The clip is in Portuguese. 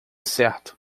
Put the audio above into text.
certo